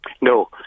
No